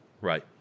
Right